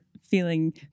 feeling